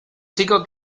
chico